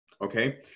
okay